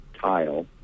tile